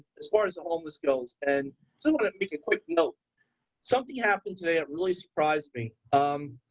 as far as the homeless skills and make a quick note something happened today. i'm really surprised me. um,